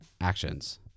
actions